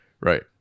right